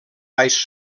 baix